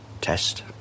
test